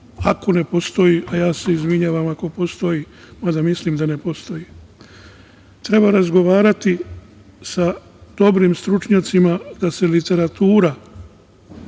ako ne postoji, a je se izvinjavam ako postoji, mada mislim da ne postoji. Treba razgovarati sa dobrim stručnjacima, da se literatura